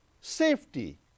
safety